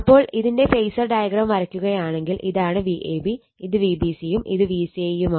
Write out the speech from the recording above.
അപ്പോൾ ഇതിന്റെ phasor diagram വരക്കുകയാണെങ്കിൽ ഇതാണ് Vab ഇത് Vbc യും ഇത് Vca യുമാണ്